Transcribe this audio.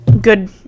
good